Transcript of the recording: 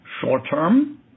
short-term